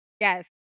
Yes